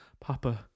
Papa